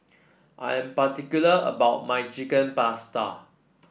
I am particular about my Chicken Pasta